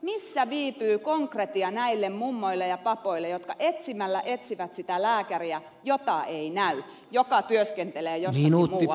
missä viipyy konkretia näille mummoille ja papoille jotka etsimällä etsivät sitä lääkäriä jota ei näy ja joka työskentelee jossakin muualla